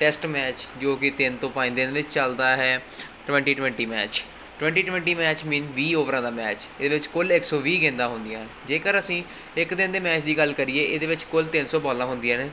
test match ਜੋ ਕਿ ਤਿੰਨ ਤੋਂ ਪੰਜ ਦਿਨ ਲਈ ਚੱਲਦਾ ਹੈ twenty twenty match twenty twenty match mean ਵੀਹ ਓਵਰਾਂ ਦਾ ਮੈਚ ਇਹਦੇ ਵਿੱਚ ਕੁੱਲ ਇੱਕ ਸੌ ਵੀਹ ਗੇਂਦਾਂ ਹੁੰਦੀਆਂ ਜੇਕਰ ਅਸੀਂ ਇੱਕ ਦਿਨ ਦੇ ਮੈਚ ਦੀ ਗੱਲ ਕਰੀਏ ਇਹਦੇ ਵਿੱਚ ਕੁੱਲ ਤਿੰਨ ਸੌ ਬਾਲਾਂ ਹੁੰਦੀਆਂ ਨੇ